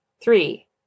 Three